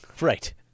Right